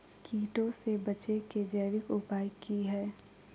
कीटों से बचे के जैविक उपाय की हैय?